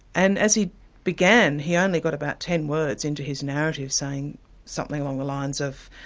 and as he began, he only got about ten words into his narrative, saying something along the lines of,